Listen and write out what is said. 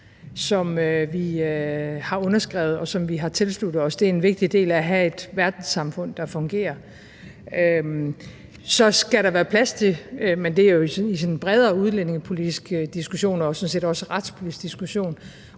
som vi har underskrevet, og som vi har tilsluttet os. Det er en vigtig del af at have et verdenssamfund, der fungerer. Så skal der selvfølgelig også i sådan en bredere udlændingepolitisk diskussion og sådan set også retspolitisk diskussion